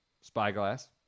Spyglass